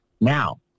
Now